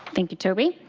thank you, toby.